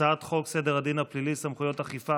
הצעת חוק סדר הדין הפלילי (סמכויות אכיפה,